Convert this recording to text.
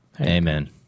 Amen